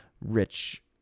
rich